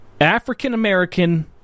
African-American